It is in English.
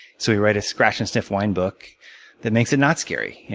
so we write a scratch and sniff wine book that makes it not scary.